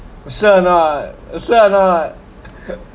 you sure or not you sure or not